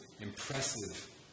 impressive